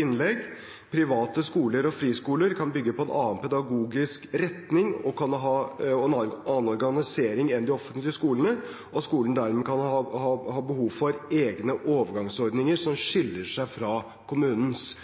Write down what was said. innlegg: Private skoler og friskoler kan bygge på en annen pedagogisk retning og ha en annen organisering enn de offentlige skolene, slik at de dermed kan ha behov for egne overgangsordninger som skiller seg fra kommunens.